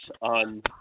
on